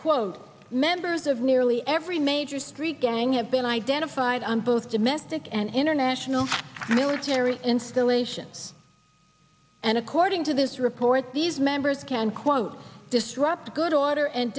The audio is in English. quote members of nearly every major street gang have been identified on both domestic and international military installations and according to this report these members can quote disrupt good order and